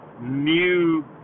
new